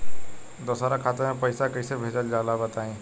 दोसरा खाता में पईसा कइसे भेजल जाला बताई?